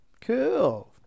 Cool